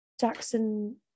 Jackson